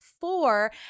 four